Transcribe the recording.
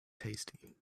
tasty